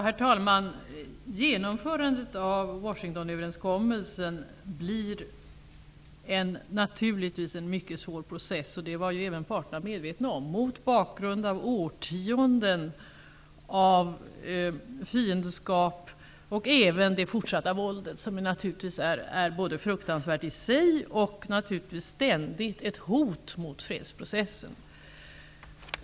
Herr talman! Genomförandet av Washingtonöverenskommelsen blir naturligtvis en mycket svår process. Detta var ju även parterna medvetna om mot bakgrund av årtionden av fiendskap och även det fortsatta våldet som naturligtvis både är fruktansvärt i sig och ett ständigt hot mot fredsprocessen.